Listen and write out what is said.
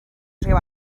rhyw